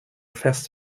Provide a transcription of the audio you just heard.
fest